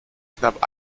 knapp